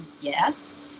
yes